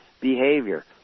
behavior